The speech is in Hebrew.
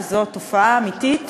שזו תופעה אמיתית